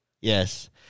Yes